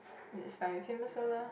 is by famous so lor